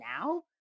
now